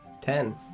Ten